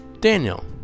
Daniel